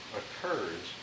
occurs